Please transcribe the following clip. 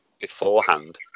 beforehand